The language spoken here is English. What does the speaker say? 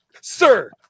Sir